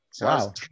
Wow